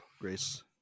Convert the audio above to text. Grace